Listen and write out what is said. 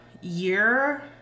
year